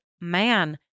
man